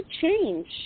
change